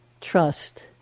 trust